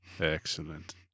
Excellent